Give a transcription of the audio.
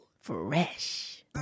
fresh